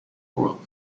group